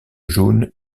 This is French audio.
jaune